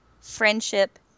Friendship